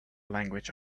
language